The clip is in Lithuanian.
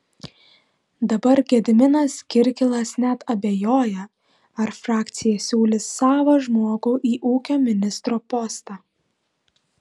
dabar gediminas kirkilas net abejoja ar frakcija siūlys savą žmogų į ūkio ministro postą